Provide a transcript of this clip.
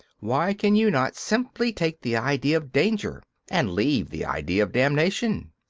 why can you not simply take the idea of danger and leave the idea of damnation?